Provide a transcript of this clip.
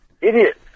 Idiot